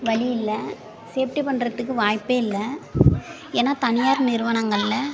வழியில்ல safety பண்ணுறதுக்கு வாய்ப்பே இல்லை ஏன்னா தனியார் நிறுவனங்களில்